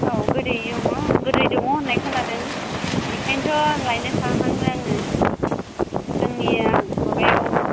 औ गोदै दङ गोदै दङ होननाय खोनादों बेखायनोथ' लायनो थांहांदों आङो जोंनिआ माबायाव